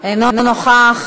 אינו נוכח.